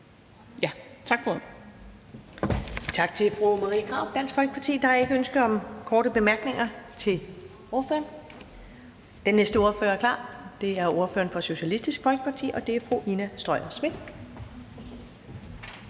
så tak for det.